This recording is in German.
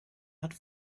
hat